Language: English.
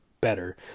better